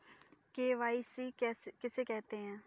KYC किसे कहते हैं?